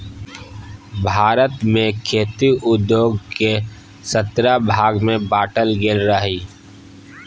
भारत मे खेती उद्योग केँ सतरह भाग मे बाँटल गेल रहय